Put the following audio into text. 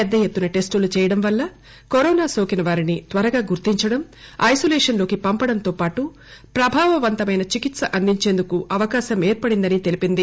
పెద్ద ఎత్తున టెస్టులు చేయడం వల్ల కరోనా నోకిన వారిని త్వరగా గుర్తించడం ఐసోలేషన్ లోకి పంపడంతోపాటు ప్రభావవంతమైన చికిత్ప అందించేందుకు అవకాశం ఏర్పడిందని తెలిపింది